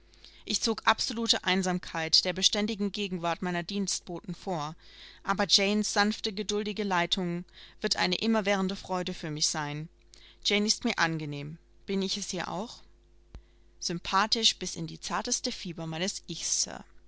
ich zog absolute einsamkeit der beständigen gegenwart meiner dienstboten vor aber janes sanfte geduldige leitung wird eine immerwährende freude für mich sein jane ist mir angenehm bin ich es ihr auch sympathisch bis in die zarteste fiber meines ichs